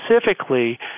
specifically